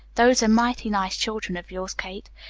those are mighty nice children of yours, kate.